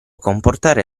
comportare